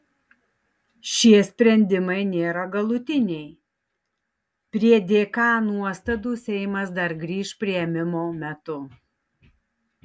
šie sprendimai nėra galutiniai prie dk nuostatų seimas dar grįš priėmimo metu